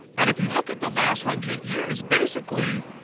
and if you look at the last hundred years, basically,